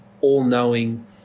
all-knowing